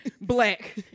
Black